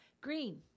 Green